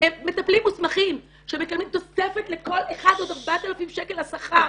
הם מטפלים מוסמכים שמקבלים תוספת לכל אחד עוד 4000 שקל לשכר.